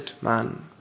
man